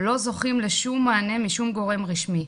לא זוכים לשום מענה משום גורם רשמי,